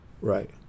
right